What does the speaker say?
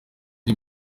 iri